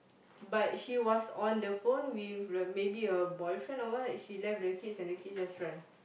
but she was on the phone with the maybe her boyfriend or what she left the kids and the kids just run